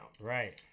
Right